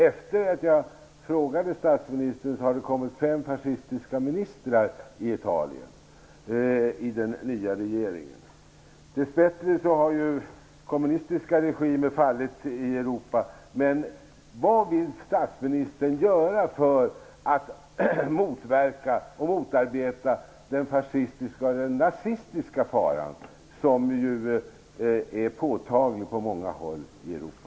Efter det att jag ställde frågan har det kommit fem fascistiska ministrar i den nya regeringen i Italien. Dess bättre har ju kommunistiska regimer fallit i Europa. Vad vill statsministern göra för att motverka och motarbeta den fascistiska och nazistiska fara som är påtaglig på många håll i Europa?